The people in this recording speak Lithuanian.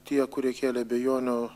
tie kurie kėlė abejonių